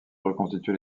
reconstituer